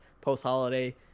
post-holiday